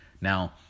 Now